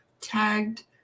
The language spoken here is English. Tagged